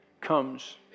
comes